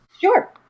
Sure